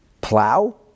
plow